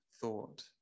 thought